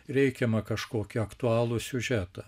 reikiamą kažkokį aktualų siužetą